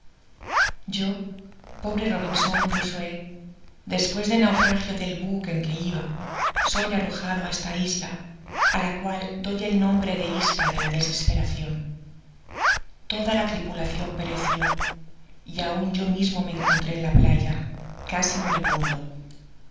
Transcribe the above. yo pobre robinson crusoé despues del naufragio del buque en que iba soy arrojado á esta isla á la cual doy el nombre de isla de la desesperacion toda la tripulacion perecio y aun yo mismo me encontré en la playa casi moribundo